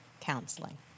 counseling